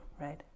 right